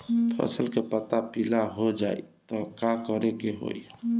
फसल के पत्ता पीला हो जाई त का करेके होई?